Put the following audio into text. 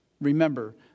remember